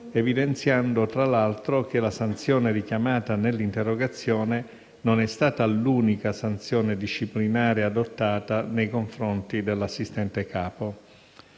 evidenziando tra l'altro che la sanzione richiamata nell'interrogazione non è stata l'unica sanzione disciplinare adottata nei confronti dell'assistente capo.